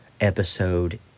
episode